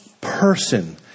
person